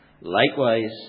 Likewise